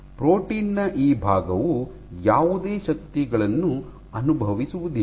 protein ನ ಈ ಭಾಗವು ಯಾವುದೇ ಶಕ್ತಿಗಳನ್ನು ಅನುಭವಿಸುವುದಿಲ್ಲ